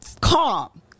Calm